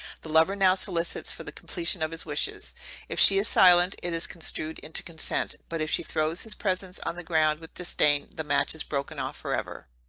the lover now solicits for the completion of his wishes if she is silent, it is construed into consent but if she throws his presents on the ground with disdain the match is broken off forever.